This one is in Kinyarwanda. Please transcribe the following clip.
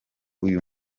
uyu